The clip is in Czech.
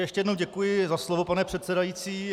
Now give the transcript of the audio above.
Ještě jednou děkuji za slovo, pane předsedající.